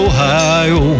Ohio